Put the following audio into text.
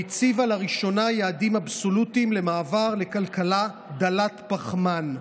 והציבה לראשונה יעדים אבסולוטיים למעבר לכלכלה דלת פחמן.